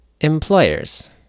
Employers